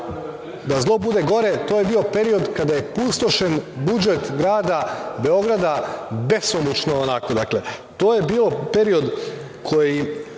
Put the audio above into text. Da zlo bude gore, to je bio period kada je pustošen budžet grada Beograda besomučno, onako, dakle. To je bio period koji